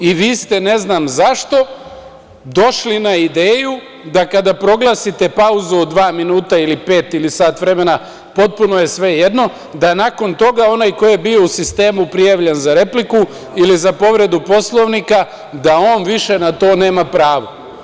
I, vi ste ne znam zašto došli na ideju da kada proglasite pauzu od dva minuta, pet ili sat vremena, potpuno je svejedno, da nakon toga onaj ko je bio u sistemu prijavljen za repliku ili za povredu poslovnika da on više na to nema pravo.